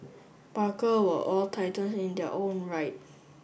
barker were all titans in their own right